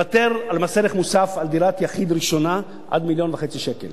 לוותר על מס ערך מוסף על דירת יחיד ראשונה עד מיליון וחצי שקל.